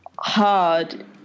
Hard